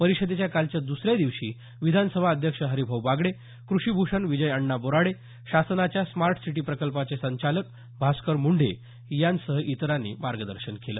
परिषदेच्या कालच्या दुसऱ्या दिवशी विधानसभा अध्यक्ष हरिभाऊ बागडे क्रषीभूषण विजयअण्णा बोराडे शासनाच्या स्मार्ट सिटी प्रकल्पाचे संचालक भास्कर मुंढे यांच्यासह इतरांनी मार्गदर्शन केलं